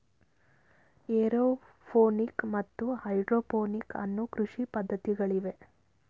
aeroponic ಮತ್ತು hydroponic ಅನ್ನೂ ಕೃಷಿ ಪದ್ಧತಿಗಳಿವೆ